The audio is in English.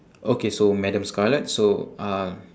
okay so madam scarlet so uh